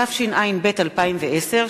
התשע"ב 2012,